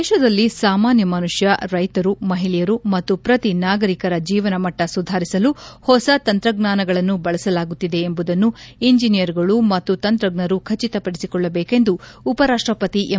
ದೇಶದಲ್ಲಿ ಸಾಮಾನ್ನ ಮನುಷ್ಕ ರೈಶರು ಮಹಿಳೆಯರು ಮತ್ತು ಪ್ರತಿ ನಾಗರಿಕರ ಜೀವನಮಟ್ಟ ಸುಧಾರಿಸಲು ಹೊಸ ತಂತ್ರಜ್ಞಾನಗಳನ್ನು ಬಳಸಲಾಗುತ್ತಿದೆ ಎಂಬುದನ್ನು ಇಂಜಿನಿಯರ್ಗಳು ಮತ್ತು ತಂತ್ರಜ್ಞರು ಖಚಿತಪಡಿಸಿಕೊಳ್ಳಬೇಕೆಂದು ಉಪರಾಷ್ಟಪತಿ ಎಂ